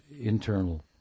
internal